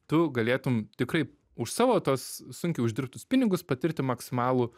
tu galėtum tikrai už savo tuos sunkiai uždirbtus pinigus patirti maksimalų